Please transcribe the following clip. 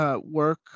work